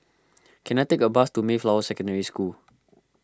can I take a bus to Mayflower Secondary School